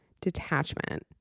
detachment